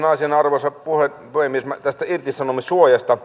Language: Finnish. toisena asiana arvoisa puhemies tästä irtisanomissuojasta